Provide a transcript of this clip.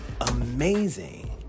Amazing